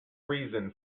reason